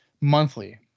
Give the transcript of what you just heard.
monthly